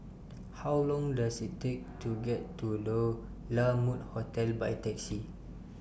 How Long Does IT Take to get to Low La Mode Hotel By Taxi